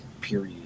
period